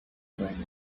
going